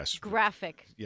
graphic